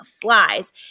flies